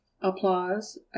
applause